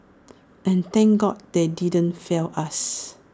and thank God they didn't fail us